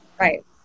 Right